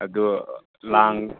ꯑꯗꯨ ꯂꯥꯡ